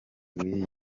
w’iyi